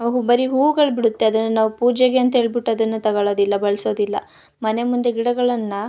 ಅವು ಬರಿ ಹೂವುಗಳು ಬಿಡುತ್ತೆ ಅದನ್ನು ನಾವು ಪೂಜೆಗೆ ಅಂತ ಹೇಳ್ಬಿಟ್ಟು ಅದನ್ನು ತಗೋಳೋದಿಲ್ಲ ಬಳಸೋದಿಲ್ಲ ಮನೆ ಮುಂದೆ ಗಿಡಗಳನ್ನು